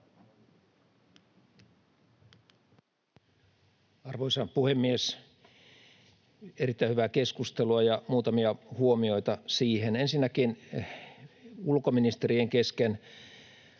Arvoisa puhemies! Erittäin hyvää keskustelua, ja muutamia huomioita siihen. Ensinnäkin ulkoministerien kesken